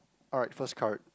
alright first card